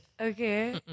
Okay